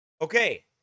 Okay